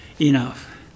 enough